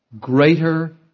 greater